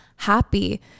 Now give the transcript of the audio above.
happy